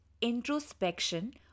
introspection